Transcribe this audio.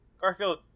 Garfield